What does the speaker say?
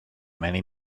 many